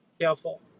careful